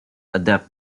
adept